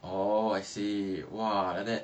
orh I see !wah! then like that